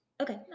Okay